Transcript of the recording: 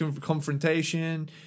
confrontation